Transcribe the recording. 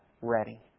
ready